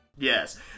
Yes